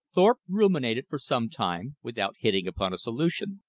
thorpe ruminated for some time without hitting upon a solution.